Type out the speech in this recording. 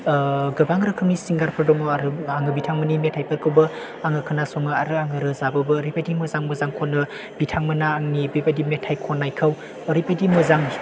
गोबां रोखोमनि सिंगारफोर दङ आरो आङो बिथांमोननि मेथाइफोरखौबो आङो खोनासङो आरो आङो रोजाबोबो ओरैबायदि मोजां मोजां खनो बिथांमोना आं बेबायदि मेथाइ खननायखौ ओरैबायदि मोजां